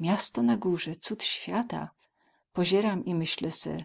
miasto na górze cud świata pozieram i myślę se